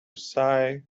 sigh